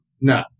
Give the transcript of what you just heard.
No